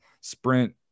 sprint